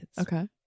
Okay